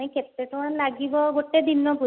ନାଇ କେତେ ଟଙ୍କା ଲାଗିବ ଗୋଟେ ଦିନ ପୁରା